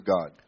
God